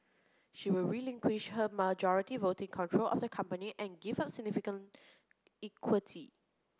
she will relinquish her majority voting control of the company and give up significant equity